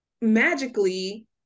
magically